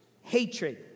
hatred